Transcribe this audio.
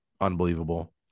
unbelievable